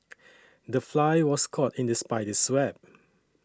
the fly was caught in the spider's web